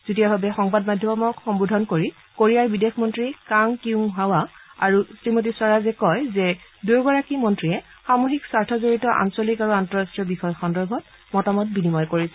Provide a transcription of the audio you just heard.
যুটীয়াভাৱে সংবাদমাধ্যমক সম্বোধন কৰি কোৰিয়াৰ বিদেশ মন্ত্ৰী কাং কিউং হোৱা আৰু শ্ৰীমতী স্বৰাজে কয় যে দুয়োগৰাকী মন্ত্ৰীয়ে সামূহিক স্বাৰ্থ জড়িত আঞ্চলিক আৰু আন্তঃৰাষ্ট্ৰীয় বিষয় সন্দৰ্ভত মতামত বিনিময় কৰিছে